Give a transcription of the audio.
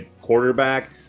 quarterback